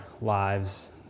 lives